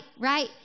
right